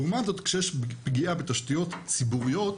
לעומת זאת כשיש פגיעה בתשתיות ציבוריות